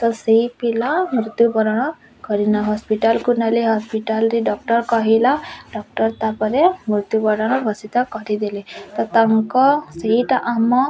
ତ ସେଇ ପିଲା ମୃତ୍ୟୁବରଣ କରିଲା ହସ୍ପିଟାଲକୁ ହସ୍ପିଟାଲରେ ଡକ୍ଟର କହିଲା ଡକ୍ଟର ତା'ପରେ ମୃତ୍ୟୁବରଣ ଘୋଷିତ କରିଦେଲେ ତ ତାଙ୍କ ସେଇଟା ଆମ